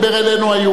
היהודים.